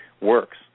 works